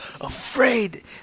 afraid